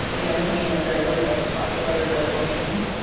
you know just meaning a server with a bunch of other virtual machines.